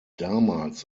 damals